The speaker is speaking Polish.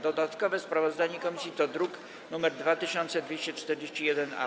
Dodatkowe sprawozdanie komisji to druk nr 2241-A.